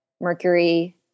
Mercury